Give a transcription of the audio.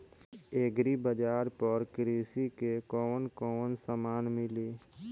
Agri बाजार पर कृषि के कवन कवन समान मिली?